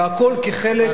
והכול כחלק,